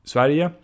Sverige